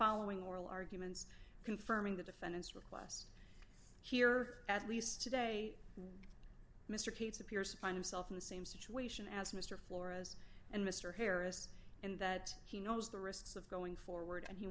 following oral arguments confirming the defendant's request here at least today mr petes appears kind of self in the same situation as mr flores and mr harris and that he knows the risks of going forward and he